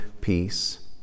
peace